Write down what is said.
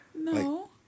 No